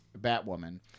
Batwoman